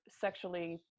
sexually